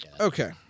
Okay